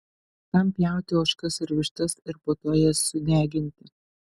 kam pjauti ožkas ir vištas ir po to jas sudeginti